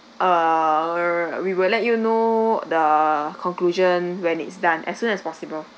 err we will let you know the conclusion when it's done as soon as possible